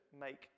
make